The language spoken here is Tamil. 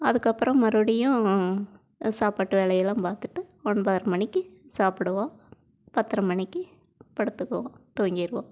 அதுக்கப்புறம் மறுபடியும் சாப்பாட்டு வேலையெல்லாம் பார்த்துட்டு ஒன்பதர மணிக்கு சாப்பிடுவோம் பத்தர மணிக்கு படுத்துக்குவோம் தூங்கிடுவோம்